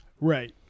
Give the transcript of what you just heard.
Right